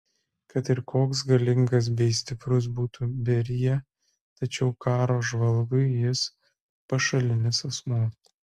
kad ir koks galingas bei stiprus būtų berija tačiau karo žvalgui jis pašalinis asmuo